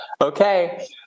Okay